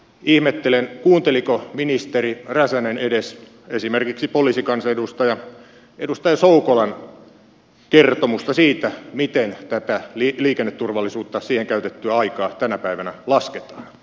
ihmettelen kuunteliko ministeri räsänen edes esimerkiksi poliisikansanedustaja soukolan kertomusta siitä miten liikenneturvallisuuteen käytettyä aikaa tänä päivänä lasketaan